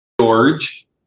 George